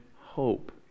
hope